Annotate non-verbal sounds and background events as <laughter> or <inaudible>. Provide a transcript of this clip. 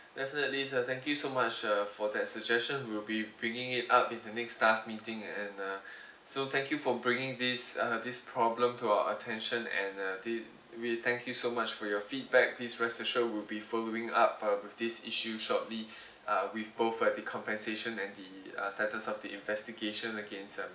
definitely sir thank you so much sir for that suggestion we'll be bringing it up in the next staff meeting and uh so thank you for bringing this uh this problem to our attention and uh di~ we thank you so much for your feedback please rest assure we'll be following up uh with this issue shortly <breath> uh with both of the compensation and the uh status of the investigation against uh